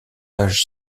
âge